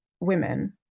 women